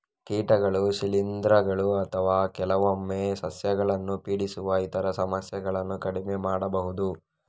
ಕೀಟಗಳು, ಶಿಲೀಂಧ್ರಗಳು ಅಥವಾ ಕೆಲವೊಮ್ಮೆ ಸಸ್ಯಗಳನ್ನು ಪೀಡಿಸುವ ಇತರ ಸಮಸ್ಯೆಗಳನ್ನು ಕಡಿಮೆ ಮಾಡಬಹುದು